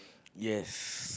yes